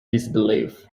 disbelief